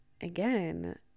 again